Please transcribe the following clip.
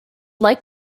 like